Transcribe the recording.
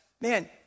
man